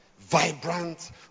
vibrant